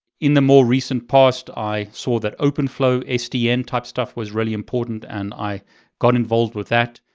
in the more recent past, i saw that openflow sdn type stuff was really important, and i got involved with that.